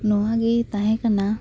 ᱱᱚᱶᱟ ᱜᱮ ᱛᱟᱦᱮᱸ ᱠᱟᱱᱟ